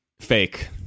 fake